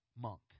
monk